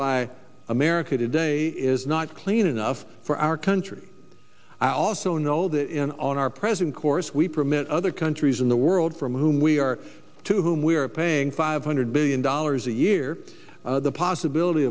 by america today is not clean enough for our country i also know that in our present course we permit other countries in the world from whom we are to whom we are paying five hundred billion dollars a year the possibility